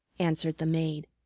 answered the maid.